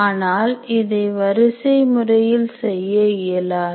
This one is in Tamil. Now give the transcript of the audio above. ஆனால் இதை வரிசை முறையில் செய்ய இயலாது